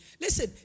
Listen